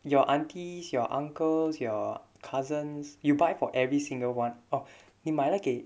your aunties your uncles your cousins you buy for every single one oh 你买了给